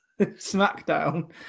SmackDown